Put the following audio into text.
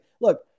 look